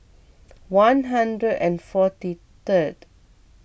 one hundred and forty third